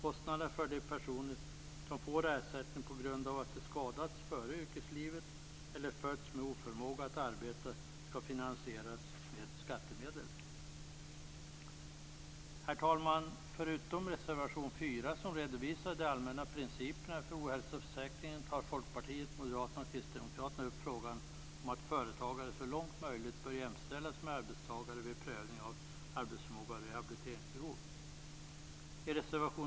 Kostnaderna för de personer som får ersättning på grund av att de skadats före yrkeslivet eller fötts med oförmåga att arbeta skall finansieras med skattemedel. Förutom reservation 4, som redovisar de allmänna principerna för ohälsoförsäkringen, tar Folkpartiet, Moderaterna och Kristdemokraterna upp frågan om att företagare så långt möjligt bör jämställas med arbetstagare vid prövning av arbetsförmåga och rehabiliteringsbehov.